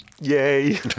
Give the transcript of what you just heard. Yay